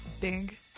big